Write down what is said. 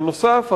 בנוסף,